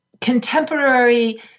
contemporary